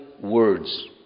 words